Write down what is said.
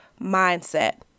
mindset